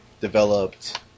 developed